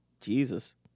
Jesus